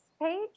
page